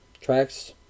tracks